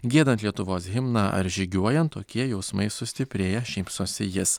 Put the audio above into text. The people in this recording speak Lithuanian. giedant lietuvos himną ar žygiuojant tokie jausmai sustiprėja šypsosi jis